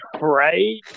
Right